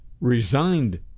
resigned